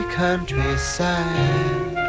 countryside